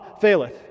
faileth